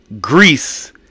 Greece